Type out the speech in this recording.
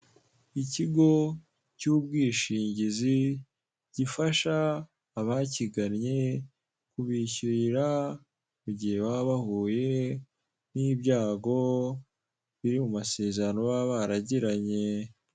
Ikigo cy'ubwishingizi gifasha abakigannye kubishyurira, mu gihe baba bahuye n'ibyago biri mu masezerano baba baragiranye.